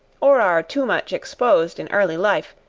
or are too much exposed in early life,